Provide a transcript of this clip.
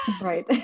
Right